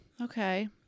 Okay